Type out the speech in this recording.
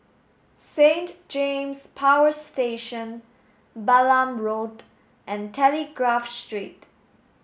Saint James Power Station Balam Road and Telegraph Street